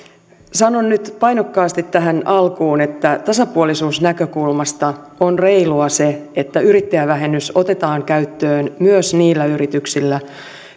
sanon nyt painokkaasti tähän alkuun että tasapuolisuusnäkökulmasta on reilua se että yrittäjävähennys otetaan käyttöön myös niillä yrityksillä